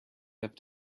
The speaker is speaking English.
left